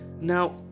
Now